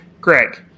Greg